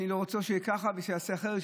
אני רוצה שיהיה ככה ושיעשה אחרת,